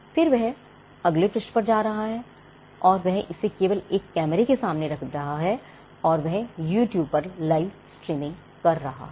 फिर वह अगले पृष्ठ पर जा रहा है और वह इसे केवल एक कैमरे के सामने रख रहा है और वह यूट्यूब पर लाइव स्ट्रीमिंग कर रहा है